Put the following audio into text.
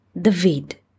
David